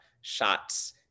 shots